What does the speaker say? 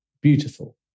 beautiful